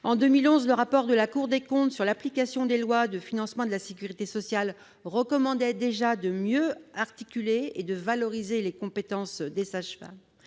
En 2011, le rapport de la Cour des comptes sur l'application des lois de financement de la sécurité sociale recommandait déjà de mieux articuler et de valoriser les compétences des sages-femmes,